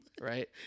Right